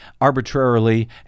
arbitrarily